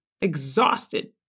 Exhausted